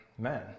Man